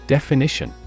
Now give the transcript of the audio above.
Definition